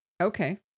Okay